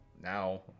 Now